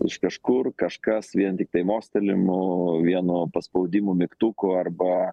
iš kažkur kažkas vien tiktai mostelėjimu vienu paspaudimu mygtuko arba